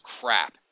crap